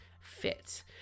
fit